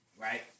right